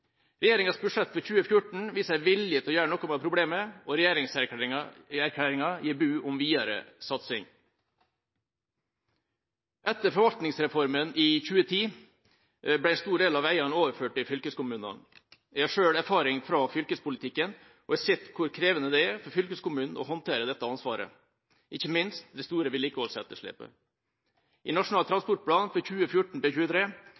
Regjeringas budsjett for 2014 viser en vilje til å gjøre noe med problemet, og regjeringserklæringa gir bud om videre satsing. Etter forvaltningsreformen i 2010 ble en stor del av veiene overført til fylkeskommunene. Jeg har selv erfaring fra fylkespolitikken og har sett hvor krevende det er for fylkeskommunen å håndtere dette ansvaret, ikke minst det store vedlikeholdsetterslepet. I Nasjonal